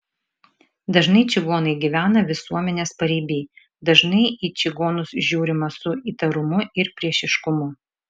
dažnai čigonai gyvena visuomenės pariby dažnai į čigonus žiūrima su įtarumu ir priešiškumu